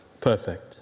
perfect